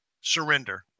surrender